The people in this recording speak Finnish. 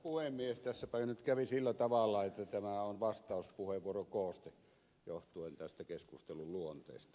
tässäpä nyt kävi sillä tavalla että tämä on vastauspuheenvuorokooste johtuen tästä keskustelun luonteesta